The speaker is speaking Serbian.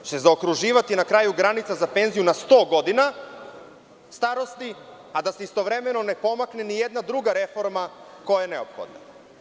Hoće li se zaokruživati na kraju granica za penziju na 100 godina starosti, a da se istovremeno ne pomakne ni jedna druga reforma koja je neophodna?